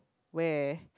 where